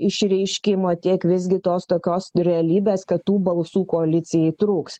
išreiškimo tiek visgi tos tokios realybės kad tų balsų koalicijai trūks